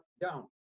down